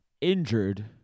injured